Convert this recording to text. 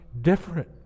different